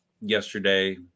yesterday